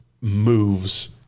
moves